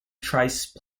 thrice